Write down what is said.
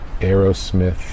Aerosmith